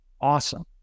awesome